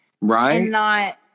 Right